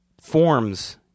forms